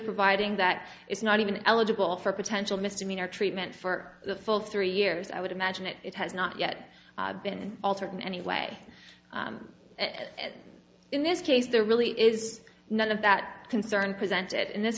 providing that it's not even eligible for potential misdemeanor treatment for the full three years i would imagine that it has not yet been altered in any way in this case there really is none of that concern presented in this